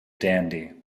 dandy